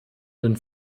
den